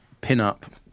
pin-up